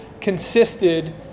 consisted